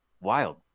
wild